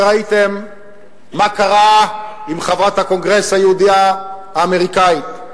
וראיתם מה קרה לחברת הקונגרס היהודייה האמריקנית.